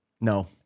No